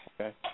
okay